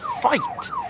fight